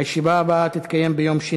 הישיבה הבאה תתקיים ביום